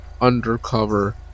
undercover